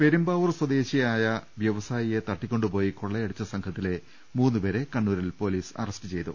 പെരുമ്പാവൂർ സ്വദേശിയായ വൃവ്സായിയെ തട്ടിക്കൊണ്ടുപോയി കൊളളയടിച്ച സംഘത്തിലെ മൂന്ന് പേരെ കണ്ണൂരിൽ പൊലീസ് അറസ്റ്റ് ചെയ്തു